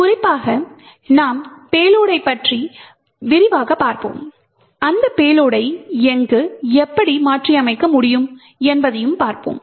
குறிப்பாக நாம் பேலோடை பற்றி விரிவாகப் பார்ப்போம் அந்த பேலோடை எங்கு எப்படி மாற்றியமைக்க முடியும் என்பதையும் பார்ப்போம்